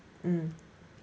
mm